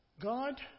God